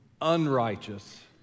unrighteous